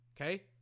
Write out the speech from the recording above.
okay